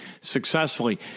successfully